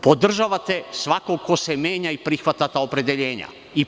Podržavate svakog ko se menja i prihvata ta opredeljenja.